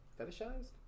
fetishized